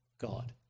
God